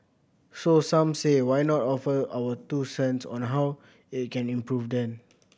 so some say why not offer our two cents on how it can improve then